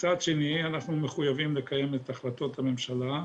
מצד שני, אנחנו מחויבים לקיים את החלטות הממשלה.